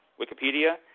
Wikipedia